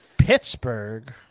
Pittsburgh